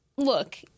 Look